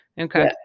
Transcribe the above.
okay